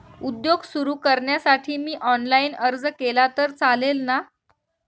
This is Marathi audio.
उद्योग सुरु करण्यासाठी मी ऑनलाईन अर्ज केला तर चालेल ना?